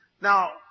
Now